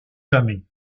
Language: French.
jamais